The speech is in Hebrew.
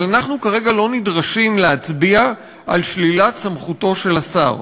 אבל אנחנו כרגע לא נדרשים להצביע על שלילת סמכותו של השר.